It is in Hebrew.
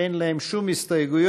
שאין להם שום הסתייגויות,